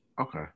Okay